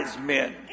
men